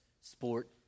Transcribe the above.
sport